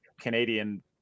Canadian